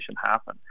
happen